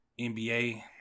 NBA